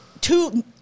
two